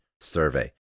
survey